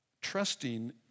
trusting